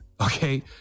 okay